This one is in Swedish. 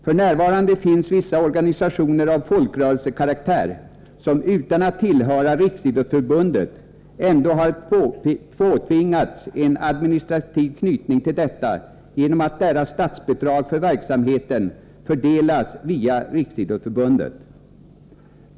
F. n. finns vissa organisationer av folkrörelsekaraktär som utan att tillhöra Riksidrottsförbundet ändå har påtvingats en administrativ anknytning till detta genom att statsbidraget för deras verksamhet fördelas via Riksidrottsförbundet.